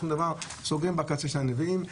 סוגרים בקצה של הנביאים,